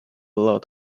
lot